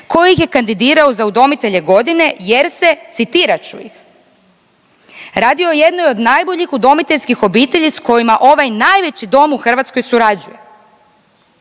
koji ih je kandidirao za udomitelje godine jer se, citirat ću ih „radi o jednoj od najboljih udomiteljskih obitelji s kojima ovaj najveći dom u Hrvatskoj surađuje“.